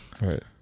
Right